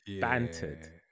bantered